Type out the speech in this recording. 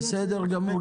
בסדר גמור.